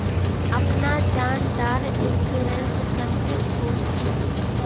अपना जान डार इंश्योरेंस क्नेहे खोल छी?